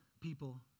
people